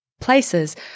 places